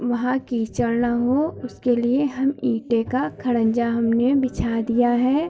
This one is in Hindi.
वहाँ कीचड़ ना हो उसके लिए हम ईंटे का खड़ंजा हमने बिछा दिया है